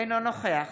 אינו נוכח